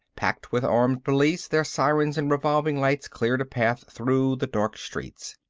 packed with armed police, their sirens and revolving lights cleared a path through the dark streets.